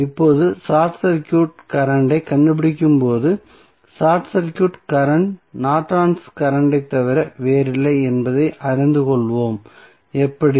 இப்போது short circuit current ஐக் கண்டுபிடிக்கும் போது short circuit current Norton's current ஐத் தவிர வேறில்லை என்பதை அறிந்து கொள்வோம் எப்படி